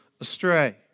astray